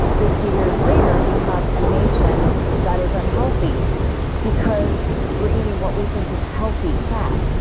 fifty years later, you have a nation that is unhealthy because we're eating what we think is healthy fat.